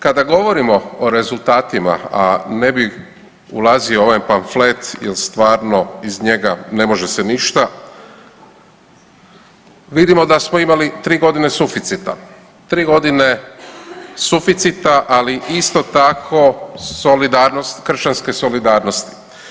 Kada govorimo o rezultatima, a ne bih ulazio u ovaj pamflet jer stvarno iz njega ne može se ništa, vidimo da smo imali 3 godine suficita, 3 godine suficita, ali isto tako solidarnost, kršćanske solidarnosti.